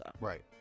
Right